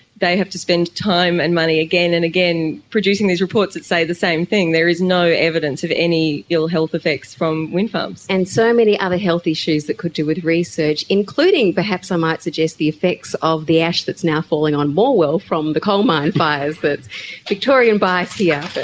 they have to spend time and money again and again producing these reports that say the same thing there is no evidence of any ill health effects from windfarms. and so many other health issues that could do with research, including perhaps i might suggest the effects of the ash that is now falling on morwell from the coal mine fires. but victorian bias yeah here.